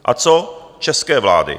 A co české vlády?